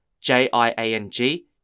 J-I-A-N-G